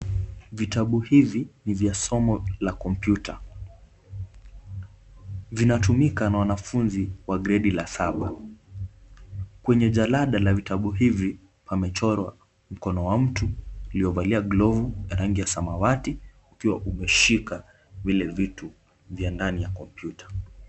Vitabu hivi ni vya somo la Kompyuta. Vinatumika na wanafunzi wa gredi la saba. Kwenye jalada la vitabu hivi, pamechorwa mkono wa mtu uliovalia glovu ya rangi ya samawati ukiwa umeshika vile vitu vya ndani ya kompyuta.